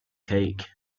cake